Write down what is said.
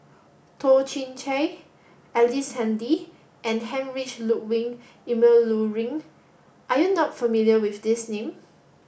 Toh Chin Chye Ellice Handy and Heinrich Ludwig Emil Luering are you not familiar with these name